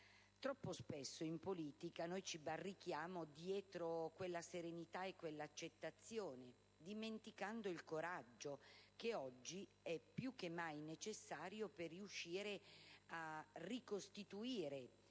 Troppo spesso in politica ci barrichiamo dietro quella serenità e quella accettazione, dimenticando il coraggio che oggi è più che mai necessario per riuscire a ricostituire